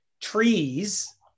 trees